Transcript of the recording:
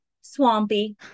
Swampy